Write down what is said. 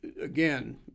again